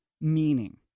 meaning